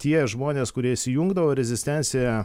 tie žmonės kurie įsijungdavo rezistenciją